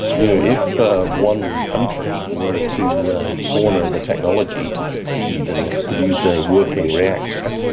you know if ah one country were to ah corner the technology to succeed and produce a working reactor,